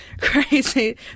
crazy